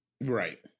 right